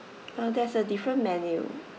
uh there's a different menu